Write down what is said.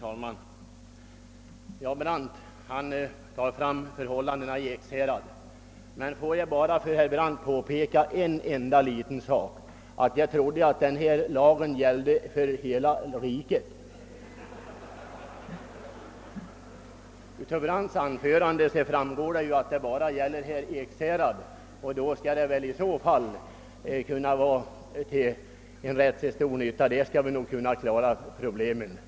Herr talman! Herr Brandt nämner förhållandena i Ekshärad. Jag trodde att denna lag skulle gälla för hela riket men av herr Brandts anförande framgår det att den tycks gälla endast i Ekshärad. I så fall skall vi nog klara problemen.